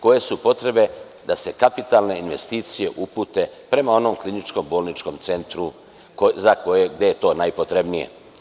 Koje su potrebe da se kapitalne investicije upute prema onom kliničko bolničkom centru za gde je to najpotrebnije.